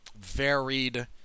varied